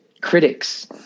critics